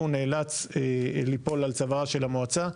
והוא נאלץ ליפול על צווארה של המועצה.